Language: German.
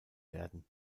werden